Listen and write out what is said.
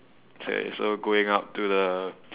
okay so going up to the